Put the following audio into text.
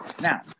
Now